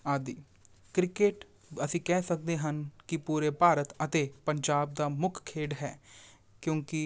ਆਦਿ ਕ੍ਰਿਕੇਟ ਅਸੀਂ ਕਹਿ ਸਕਦੇ ਹਨ ਕਿ ਪੂਰੇ ਭਾਰਤ ਅਤੇ ਪੰਜਾਬ ਦਾ ਮੁੱਖ ਖੇਡ ਹੈ ਕਿਉਂਕਿ